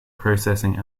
processing